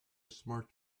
smart